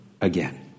again